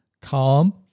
calm